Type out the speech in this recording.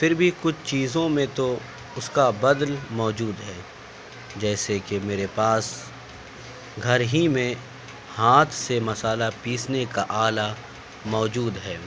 پھر بھی کچھ چیزوں میں تو اس کا بدل موجود ہے جیسے کہ میرے پاس گھر ہی میں ہاتھ سے مسالا پیسنے کا آلہ موجود ہے